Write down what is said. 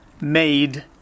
made